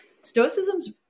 Stoicism's